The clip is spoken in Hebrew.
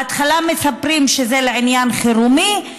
בהתחלה מספרים שזה לעניין חירומי,